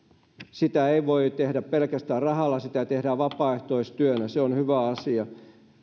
sitä ei voi tehdä pelkästään rahalla sitä tehdään vapaaehtoistyönä se on hyvä asia